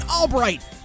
Albright